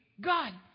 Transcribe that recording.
God